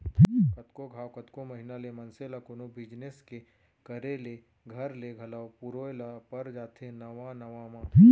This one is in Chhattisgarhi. कतको घांव, कतको महिना ले मनसे ल कोनो बिजनेस के करे ले घर ले घलौ पुरोय ल पर जाथे नवा नवा म